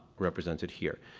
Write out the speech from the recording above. represented here.